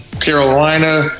Carolina